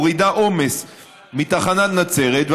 מורידה עומס מתחנת נצרת,